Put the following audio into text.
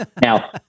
Now